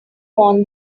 want